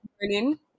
morning